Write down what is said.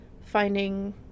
finding